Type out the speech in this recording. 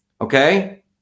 okay